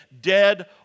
dead